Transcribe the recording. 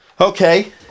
Okay